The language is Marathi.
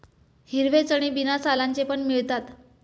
हिरवे चणे बिना सालांचे पण मिळतात